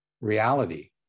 reality